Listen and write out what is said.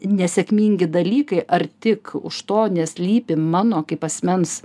nesėkmingi dalykai ar tik už to neslypi mano kaip asmens